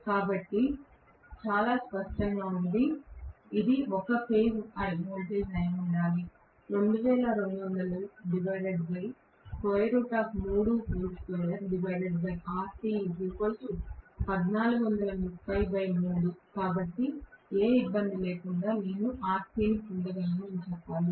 కాబట్టి చాలా స్పష్టంగా ఇది కూడా ఒక ఫేజ్ వోల్టేజ్ అయి ఉండాలి కాబట్టి నేను ఏ ఇబ్బంది లేకుండా Rc ను పొందగలను అని చెప్పాలి